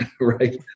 right